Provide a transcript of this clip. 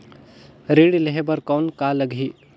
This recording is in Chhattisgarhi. ऋण लेहे बर कौन का लगही?